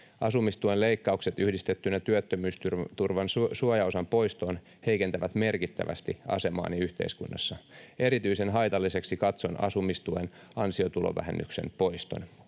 Asumistuen leikkaukset yhdistettynä työttömyysturvan suojaosan poistoon heikentävät merkittävästi asemaani yhteiskunnassa. Erityisen haitalliseksi katson asumistuen ansiotulovähennyksen poiston.